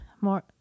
more